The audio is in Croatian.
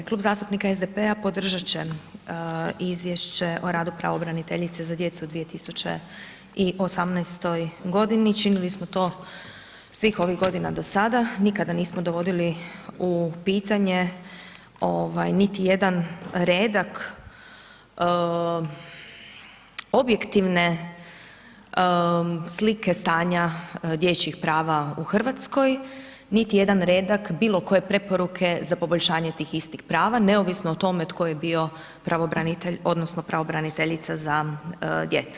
Klub zastupnika SDP-a, podržati će izvješće o radu pravobraniteljice za djecu 2018. g. činili smo to svih ovih godina do sada, nikada nismo dovodili u pitanje, niti jedan redak, objektivne slike, stanja dječjih prava u Hrvatskoj, niti jedan redak, bilo koje preporuke za poboljšanja tih istih prava, neovisno o tome tko je bio pravobranitelj, odnosno, pravobraniteljice za djecu.